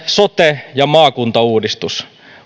sote ja maakuntauudistus